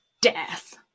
death